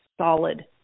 solid